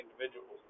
individuals